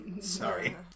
Sorry